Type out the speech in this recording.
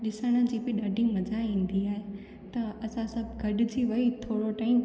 ॾिसण जी बि ॾाढी मज़ा ईंदी आहे त असां सभु गॾिजी वेई थोरो टाइम